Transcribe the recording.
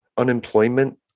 Unemployment